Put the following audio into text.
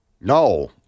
no